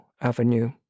Avenue